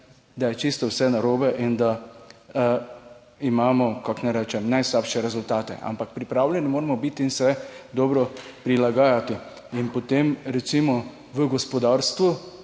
da je čisto vse narobe in da imamo, kako naj rečem, najslabše rezultate, ampak pripravljeni moramo biti in se dobro prilagajati. In potem recimo v gospodarstvu,